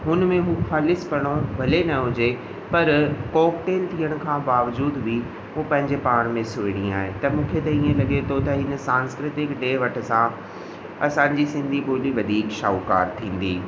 हुनमें हू खालीसपणो भले न हुजे पर कॉकटेल थियण खां बावजूद बि उहो पंहिंजे पाण में सुहिणी आहे त मूंखे त ईअं ई लॻे थो त हिन सांस्कृतिक ॾे वठ सां असांजी सिंधी ॿोली वधीक शाहूकारु थींदी